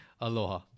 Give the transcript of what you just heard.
Aloha